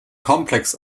complex